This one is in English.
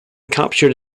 captured